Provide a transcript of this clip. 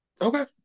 okay